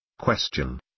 Question